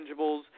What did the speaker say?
intangibles